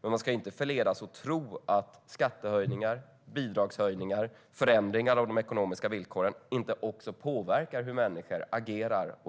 Men man ska inte förledas att tro att skattehöjningar, bidragshöjningar och förändringar av de ekonomiska villkoren inte också påverkar vad människor